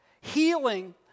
Healing